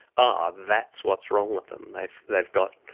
ah, that's what's wrong with them, they've they've got,